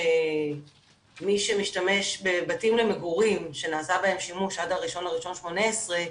שמי שמשתמש בבתים למגורים שנעשה בהם שימוש עד ל-1.1.18,